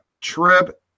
trip